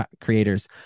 creators